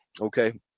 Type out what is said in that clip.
Okay